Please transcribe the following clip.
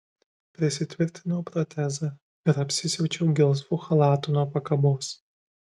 prisitvirtinau protezą ir apsisiaučiau gelsvu chalatu nuo pakabos